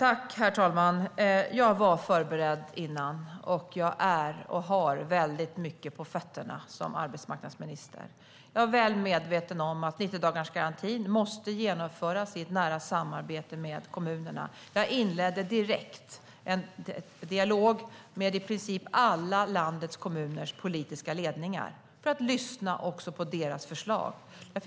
Herr talman! Jag var förberedd innan, och jag har väldigt mycket på fötterna som arbetsmarknadsminister. Jag är väl medveten om att 90-dagarsgarantin måste genomföras i ett nära samarbete med kommunerna. Jag inledde direkt en dialog med i princip alla landets kommuners politiska ledningar för att lyssna också på deras förslag.